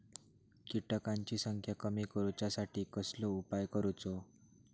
किटकांची संख्या कमी करुच्यासाठी कसलो उपाय करूचो?